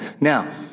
Now